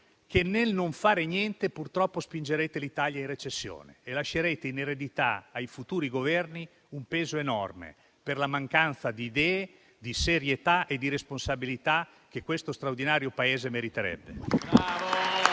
che, nel non fare niente, purtroppo, spingerete l'Italia in recessione e lascerete in eredità ai futuri Governi un peso enorme per la mancanza di idee, di serietà e di responsabilità che questo straordinario Paese meriterebbe.